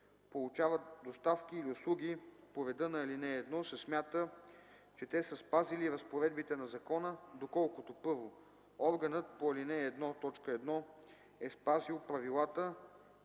получават доставки или услуги по реда на ал. 1, се смята, че те са спазили разпоредбите на закона, доколкото: 1. органът по ал. 1, т. 1 е спазил правилата